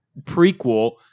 prequel